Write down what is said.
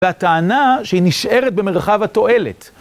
והטענה שהיא נשארת במרחב התועלת.